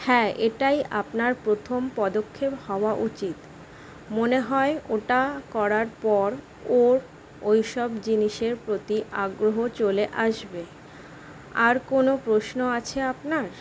হ্যাঁ এটাই আপনার প্রথম পদক্ষেপ হওয়া উচিত মনে হয় ওটা করার পর ওর ওইসব জিনিসের প্রতি আগ্রহ চলে আসবে আর কোনও প্রশ্ন আছে আপনার